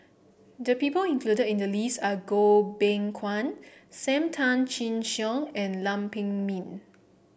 the people included in the list are Goh Beng Kwan Sam Tan Chin Siong and Lam Pin Min